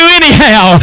anyhow